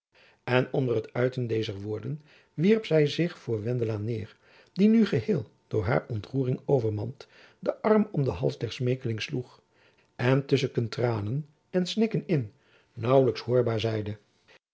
en onder het uiten dezer woorden wierp zy zich voor wendela neêr die nu geheel door haar ontroering overmand den arm om den hals der smeekeling sloeg en tusseken tranen en snikken in naauwlijks hoorbaar zeide